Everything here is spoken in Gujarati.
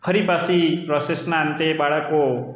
ફરી પછી પ્રોસેસનાં અંતે એ બાળકો